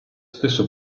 stesso